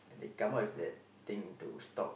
they come up with that thing to stop